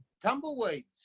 tumbleweeds